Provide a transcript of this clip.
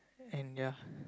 and ya